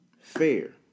fair